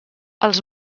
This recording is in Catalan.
els